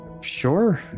Sure